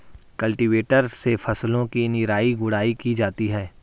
cultivator से फसलों की निराई गुड़ाई की जाती है